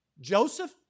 Joseph